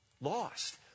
lost